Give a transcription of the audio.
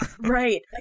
Right